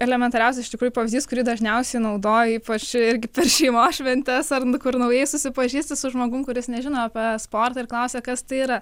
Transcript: elementariausias iš tikrųjų pavyzdys kurį dažniausiai naudoja ypač irgi per šeimos šventes ar nu kur naujai susipažįsti su žmogum kuris nežino apie esportą ir klausia kas tai yra